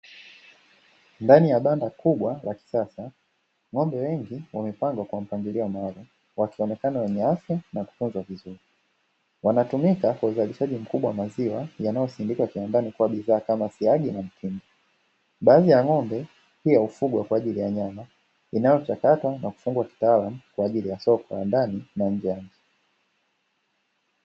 Ndani ya banda kubwa la kisasa, ng'ombe wengi wamepangwa kwa mpangilio maalum. Wanakana wenye afya na kukuzwa vizuri. Wanatumika kwa uzalishaji mkubwa wa maziwa yanayosindikwa kiwandani kwa bidhaa kama siagi na mtindi. Baadhi ya ng'ombe pia hufugwa kwa ajili ya nyama inayochakatwa na kusagwa kuwa chakula ya mifugo kwa ajili ya soko la ndani na nje ya nchi.